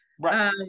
Right